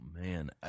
man